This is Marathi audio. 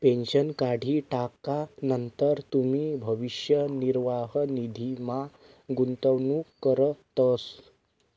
पेन्शन काढी टाकानंतर तुमी भविष्य निर्वाह निधीमा गुंतवणूक करतस